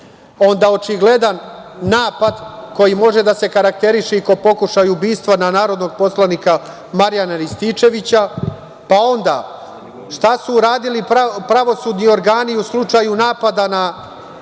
Onda, očigledan napad, koji može da se okarakteriše kao pokušaj ubistva na narodnog poslanika Marijana Rističevića. Onda, šta su uradili pravosudni organi u slučaju napada na